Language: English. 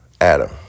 Adam